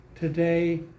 Today